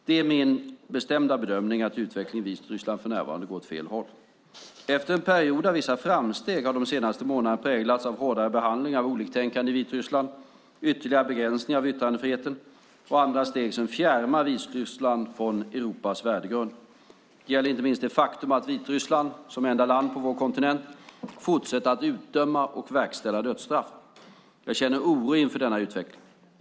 Det är min bedömning att utvecklingen i Vitryssland för närvarande går åt fel håll. Efter en period av vissa framsteg har de senaste månaderna präglats av hårdare behandling av oliktänkande i Vitryssland, ytterligare begränsningar av yttrandefriheten och andra steg som fjärmar Vitryssland från Europas värdegrund. Detta gäller inte minst också det faktum att Vitryssland, som enda land på vår kontinent, fortsätter att utdöma och verkställa dödsstraff. Jag känner oro inför denna utveckling.